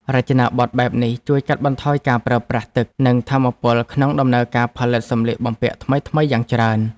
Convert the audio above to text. រចនាប័ទ្មបែបនេះជួយកាត់បន្ថយការប្រើប្រាស់ទឹក និងថាមពលក្នុងដំណើរការផលិតសម្លៀកបំពាក់ថ្មីៗយ៉ាងច្រើន។